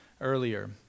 earlier